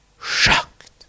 shocked